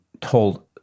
told